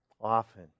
often